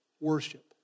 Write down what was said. worship